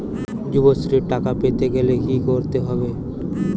যুবশ্রীর টাকা পেতে গেলে কি করতে হবে?